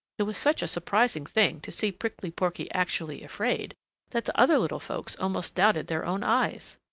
it was such a surprising thing to see prickly porky actually afraid that the other little folks almost doubted their own eyes.